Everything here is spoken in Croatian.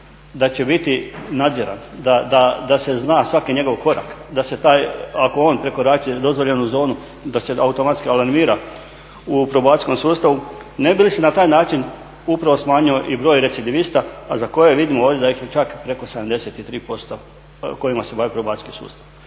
da će biti nadziran, da se zna svaki njegov korak, ako on prekorači dozvoljenu zonu da se automatski alarmira u probacijskom sustavu ne bi li se na taj način upravo smanjio i broj recidivista a za koje vidimo ovdje da ih je čak preko 73% kojima se bavi probacijski sustav.